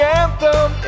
anthem